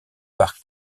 par